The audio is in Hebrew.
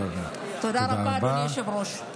תודה רבה, אדוני היושב-ראש.